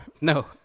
No